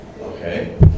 Okay